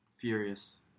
Furious